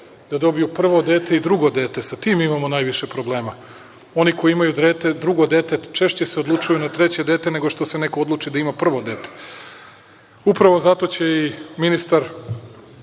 Da dobiju prvo i drugo dete, sa tim imamo najviše problema. Oni koji imaju drugo dete češće se odlučuju na treće dete, nego što se neko odluči da ima prvo dete. Upravo zato će i ministar